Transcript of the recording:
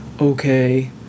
okay